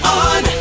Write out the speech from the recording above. on